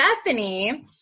Stephanie